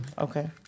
Okay